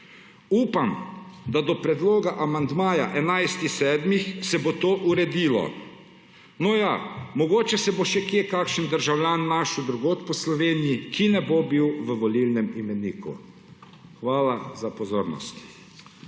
Upam, da do predloga amandmaja 11. 7. se bo to uredilo. No, ja, mogoče se bo še kje kakšen državljan našel drugod po Sloveniji, ki ne bo v volilnem imeniku. Hvala za pozornost.